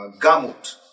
Gamut